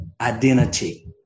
identity